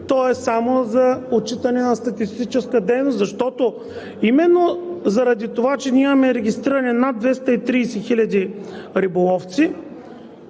той е само за отчитане на статистическа дейност. Защото именно заради това, че имаме регистрирани над 230 хиляди риболовци,